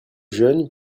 jeunes